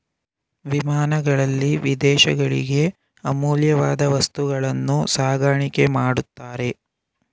ವಿಮಾನಗಳಲ್ಲಿ ವಿದೇಶಗಳಿಗೆ ಅಮೂಲ್ಯವಾದ ವಸ್ತುಗಳನ್ನು ಸಾಗಾಣಿಕೆ ಮಾಡುತ್ತಾರೆ